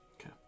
Okay